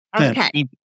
Okay